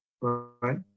right